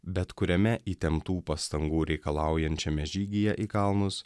bet kuriame įtemptų pastangų reikalaujančiame žygyje į kalnus